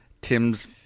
Tim's